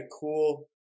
cool